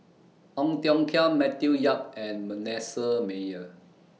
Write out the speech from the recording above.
Ong Tiong Khiam Matthew Yap and Manasseh Meyer